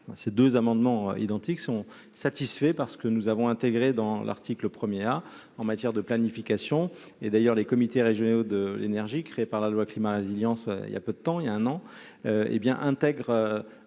ces deux amendements identiques sont satisfaits par les dispositions intégrées dans l'article 1 A en matière de planification. D'ailleurs, les comités régionaux de l'énergie, créés par la loi Climat et résilience, il y a un an, intègrent